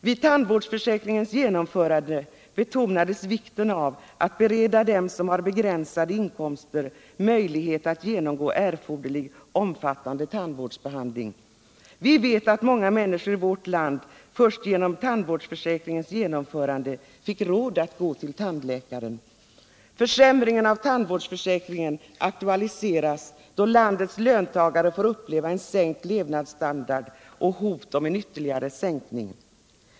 Vid tandvårdsförsäkringens genomförande betonades vikten av att bereda dem som har begränsade inkomster möjlighet att genomgå erforderlig omfattande tandvårdsbehandling. Vi vet att många människor i vårt land först genom tandvårdsförsäkringens genomförande fick råd att gå till tandläkaren. Försämringen av tandvårdsförsäkringen aktualiseras då landets löntagare får uppleva en sänkt levnadsstandard och hot om en ytterligare sänkning.